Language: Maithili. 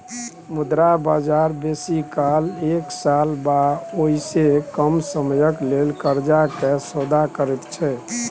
मुद्रा बजार बेसी काल एक साल वा ओइसे कम समयक लेल कर्जा के सौदा करैत छै